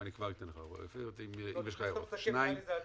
לפני שאתה מסכם, נראה לי שזה עדיף.